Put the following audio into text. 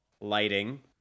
lighting